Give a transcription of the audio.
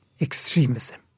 extremism